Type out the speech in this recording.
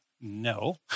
no